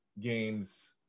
games